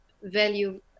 value